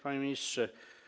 Panie Ministrze!